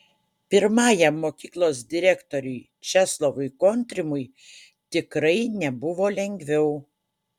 pirmajam mokyklos direktoriui česlovui kontrimui tikrai nebuvo lengviau